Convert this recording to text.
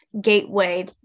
gateway